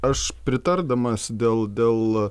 aš pritardamas dėl dėl